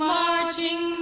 marching